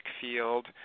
field